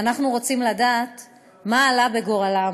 ואנחנו רוצים לדעת מה עלה בגורלם.